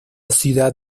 ciudad